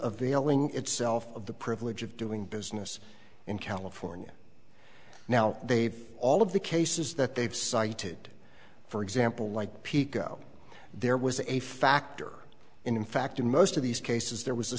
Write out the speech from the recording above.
yelling itself of the privilege of doing business in california now they all of the cases that they've cited for example like pico there was a factor in fact in most of these cases there was a